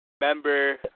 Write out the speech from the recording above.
member